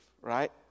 right